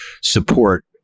support